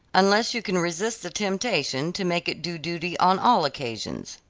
unless you can resist the temptation to make it do duty on all occasions.